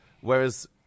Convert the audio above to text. whereas